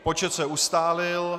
Počet se ustálil.